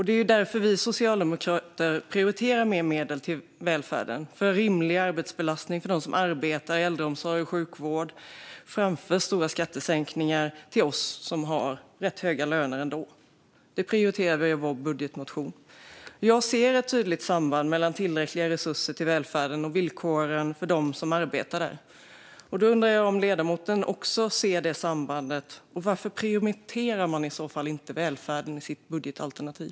Det är därför vi socialdemokrater prioriterar mer medel till välfärden, för en rimlig arbetsbelastning för dem som arbetar i äldreomsorg och sjukvård, framför stora skattesänkningar för oss som har rätt höga löner ändå. Det prioriterar vi i vår budgetmotion. Jag ser ett tydligt samband mellan tillräckliga resurser till välfärden och villkoren för dem som arbetar där. Jag undrar om ledamoten också ser det sambandet. Varför prioriterar man i så fall inte välfärden i sitt budgetalternativ?